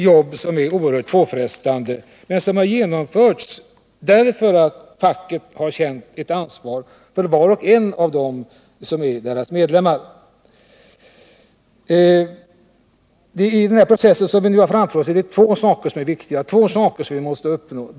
Dessa jobb är oerhört påfrestande, men de har ändå genomförts därför att facket har känt sitt ansvar för varje medlem. I den process vi nu har framför oss är det två saker som är viktiga, två saker som vi måste uppnå.